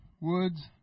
woods